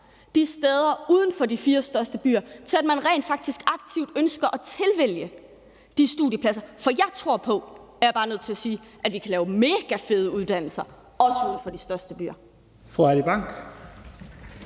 de steder uden for de fire største byer, til at man rent faktisk aktivt ønsker at tilvælge de studiepladser. For jeg tror på, er jeg bare nødt til at sige, at vi kan lave megafede uddannelser, også uden for de største byer.